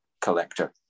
collector